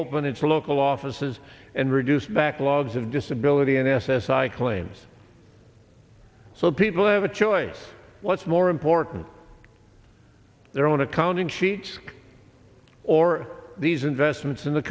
open its local offices and reduce backlogs of disability and s s i claims so people have a choice what's more important their own accounting sheets or these investments in the